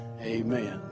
amen